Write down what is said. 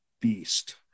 beast